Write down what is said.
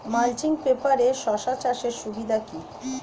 Mulching পেপারে শসা চাষের সুবিধা কি?